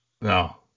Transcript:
No